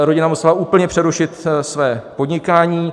Rodina musela úplně přerušit své podnikání.